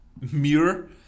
mirror